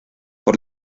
por